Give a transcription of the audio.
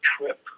trip